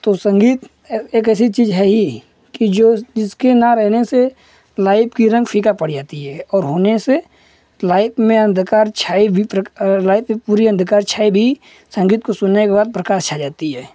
तो संगीत एक ऐसी चीज़ है ही जो जिसके न रहने से लाइफ़ का रंग फ़ीका पड़ जाता है और होने से लाइफ़ में अन्धकार छाया भी अगर लाइफ़ में पूरा अन्धकार छाए भी संगीत को सुनने के बाद प्रकाश छा जाता है